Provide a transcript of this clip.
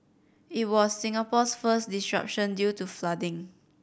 it was Singapore's first disruption due to flooding